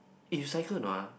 eh you cycle or not ah